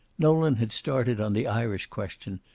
nolan had started on the irish question,